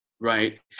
right